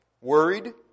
worried